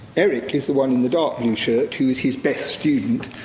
eric is the one in the dark blue shirt, who is his best student.